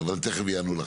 שמעירים.